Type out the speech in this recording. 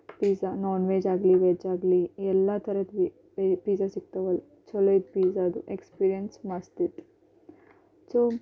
pizza non ವೆಜ್ಜಾಗಲಿ ವೆಜ್ಜಾಗಲಿ ಎಲ್ಲ ಥರದ್ ಬಿ ಇಲ್ಲಿ ಪಿಝಾ ಸಿಕ್ತಾವಲ್ಲಿ ಛಲೋ ಇತ್ತು ಪಿಝಾ ಅದು ಎಕ್ಸ್ಪೀರಿಯನ್ಸ್ ಮಸ್ತಿತ್ತು ಸೊ